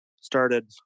started